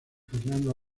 fernando